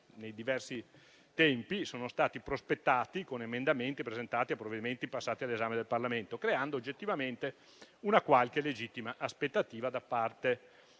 nei diversi tempi sono state prospettate con emendamenti presentati a provvedimenti passati all'esame del Parlamento, creando oggettivamente una qualche legittima aspettativa da parte dei risparmiatori